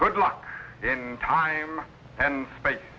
good luck in time and space